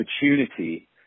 opportunity